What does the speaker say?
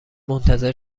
منتظر